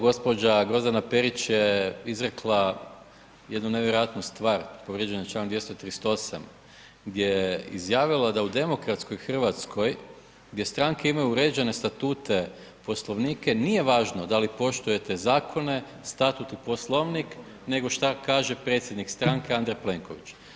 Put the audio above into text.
Gospođa Grozdana Perić je izrekla jednu nevjerojatnu stvar, povrijeđen je članak 238. gdje je izjavila da u demokratskoj Hrvatskoj gdje stranke imaju uređene statute i poslovnike nije važno da li poštujete zakone, statut i Poslovnik nego šta kaže predsjednik stranke Andrej Plenković.